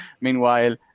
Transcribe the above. meanwhile